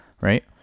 Right